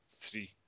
Three